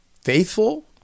Faithful